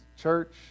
church